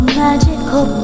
magical